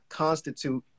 constitute